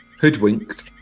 Hoodwinked